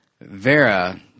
Vera